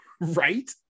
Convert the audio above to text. Right